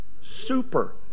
super